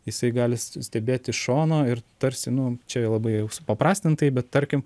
jisai gali stebėt iš šono ir tarsi nu čia labai jau supaprastintai bet tarkim